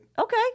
Okay